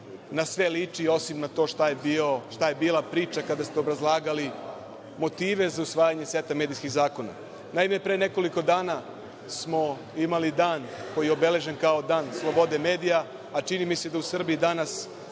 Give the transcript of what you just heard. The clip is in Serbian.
na sve liči, osim na to šta je bila priča kada ste obrazlagali motive za usvajanje seta medijskih zakona. Pre nekoliko dana smo imali dan koji je obeležen kao Dan slobode medija, a čini mi se da u Srbiji danas